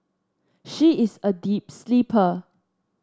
she is a deep sleeper